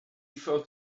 felt